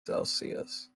celsius